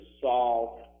solve